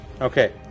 Okay